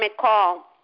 Call